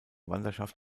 wanderschaft